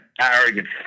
arrogant